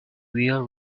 wheel